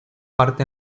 parte